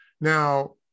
Now